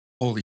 holy